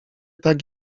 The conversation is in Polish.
tak